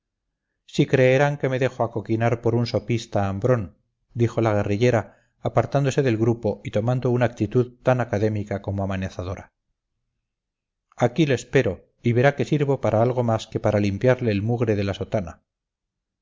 si creerán que me dejo acoquinar por un sopista hambrón dijo la guerrillera apartándose del grupo y tomando una actitud tan académica como amenazadora aquí le espero y verá que sirvo para algo más que para limpiarle el mugre de la sotana